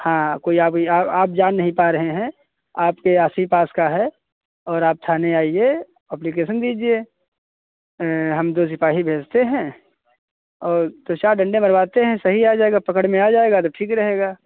हाँ कोई आप ई आप जान नहीं पा रहे हैं आपके आस ही पास का है और आप थाने आईए एप्लीकेशन दीजिए हम दो सिपाही भेजते हैं और दो चार डंडे मरवाते हैं सही आ जाएगा पकड़ में आ जाएगा तो ठीक रहेगा